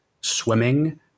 swimming